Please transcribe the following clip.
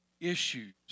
issues